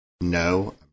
No